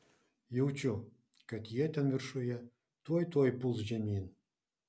jaučiu kad jie ten viršuje tuoj tuoj puls žemyn